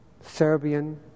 Serbian